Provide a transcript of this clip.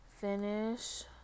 finish